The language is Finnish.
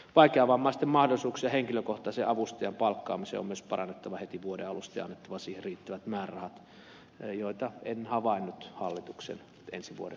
vaikeavammaisten mahdollisuuksia henkilökohtaisen avustajan palkkaamisen on myös parannettava heti vuoden alusta ja annettava siihen riittävät määrärahat joita en havainnut hallituksen ensi vuoden esityksessä